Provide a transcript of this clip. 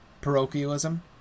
parochialism